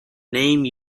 name